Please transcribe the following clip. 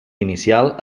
inicial